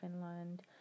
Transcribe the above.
Finland